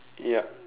ya